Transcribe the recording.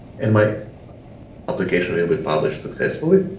and my application will be published successfully.